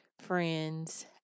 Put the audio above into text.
friends